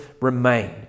remain